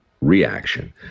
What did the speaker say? reaction